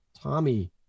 Tommy